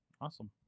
Awesome